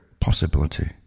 possibility